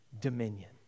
dominion